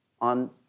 on